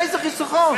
איזה חיסכון?